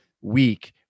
week